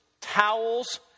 towels